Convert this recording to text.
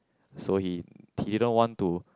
so he didn't want to